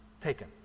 taken